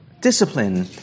discipline